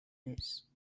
més